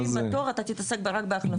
במקום לטפל באנשים בתור, אתה תתעסק רק בהחלפות.